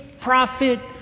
prophet